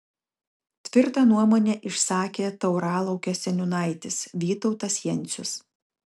tvirtą nuomonę išsakė tauralaukio seniūnaitis vytautas jencius